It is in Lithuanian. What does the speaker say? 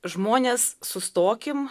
žmonės sustokim